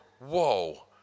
whoa